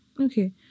Okay